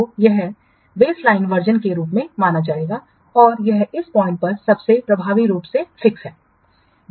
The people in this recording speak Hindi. तो यह बेसलाइन वर्जनके रूप में माना जाएगा और यह इस पॉइंट पर सबसे प्रभावी रूप से फिक्स है